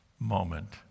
moment